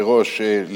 מראש,